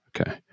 Okay